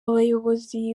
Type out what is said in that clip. bayobozi